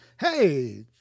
Hey